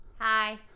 Hi